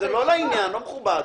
למה זה לא נכנס לדרך אחרת?